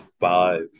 five